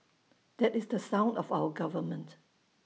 that is the son of our government